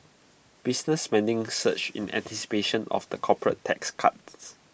business spending surged in anticipation of the corporate tax cuts